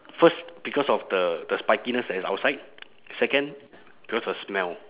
first because of the the spikiness that is outside second because the smell